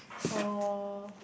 so